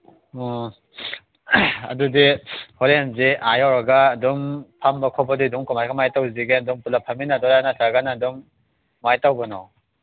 ꯑꯣ ꯑꯗꯨꯗꯤ ꯍꯣꯔꯦꯟꯁꯦ ꯑꯥ ꯌꯧꯔꯒ ꯑꯗꯨꯝ ꯐꯝꯕ ꯈꯣꯠꯄꯗꯤ ꯑꯗꯨꯝ ꯀꯃꯥꯏꯅ ꯀꯃꯥꯏꯅ ꯇꯧꯁꯤꯒꯦ ꯑꯗꯨꯝ ꯄꯨꯂꯞ ꯐꯝꯃꯤꯟꯅꯗꯣꯏꯔꯥ ꯅꯠꯇ꯭ꯔꯒꯅ ꯑꯗꯨꯝ ꯀꯃꯥꯏꯅ ꯇꯧꯕꯅꯣ